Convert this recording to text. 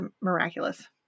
miraculous